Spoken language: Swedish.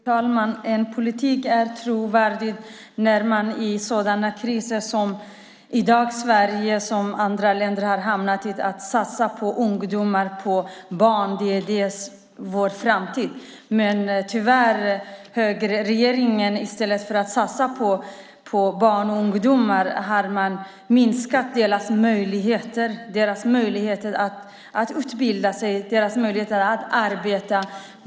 Fru talman! En politik är trovärdig när man även i sådana kriser som den Sverige och andra länder hamnat i satsar på barn och ungdomar. De är vår framtid. I stället för att satsa på barn och ungdomar har högerregeringen minskat deras möjligheter att utbilda sig och arbeta.